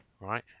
right